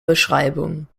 beschreibung